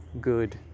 good